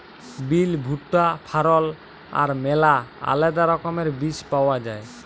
বিল, ভুট্টা, ফারল আর ম্যালা আলেদা রকমের বীজ পাউয়া যায়